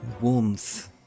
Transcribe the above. warmth